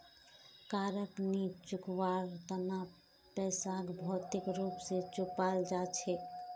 कारक नी चुकवार तना पैसाक भौतिक रूप स चुपाल जा छेक